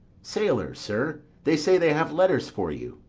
sailors, sir they say they have letters for you.